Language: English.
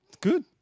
good